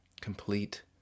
complete